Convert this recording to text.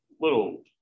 little